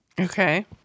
Okay